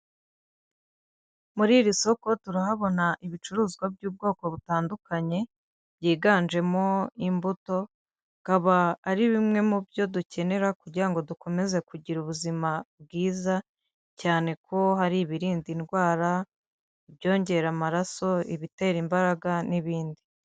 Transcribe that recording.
Muri iri soko turahabona ibicuruzwa by'ubwoko butandukanye byiganjemo imbuto, bikaba ari bimwe mu byo dukenera kugira ngo dukomeze kugira ubuzima bwiza cyane ko hari ibirinda indwara, ibyongera amaraso, ibitera imbaraga n'ibindi.